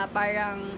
parang